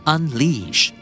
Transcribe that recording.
Unleash